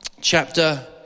chapter